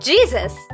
Jesus